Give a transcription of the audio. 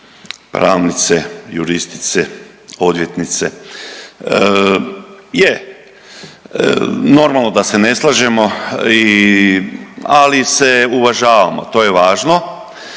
pravnice, juristice, odvjetnice, je normalno da se ne slažemo i ali se uvažavamo to je važno.